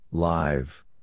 live